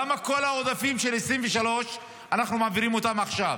למה את כל העודפים של 2023 אנחנו מעבירים עכשיו?